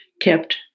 kept